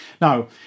Now